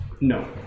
No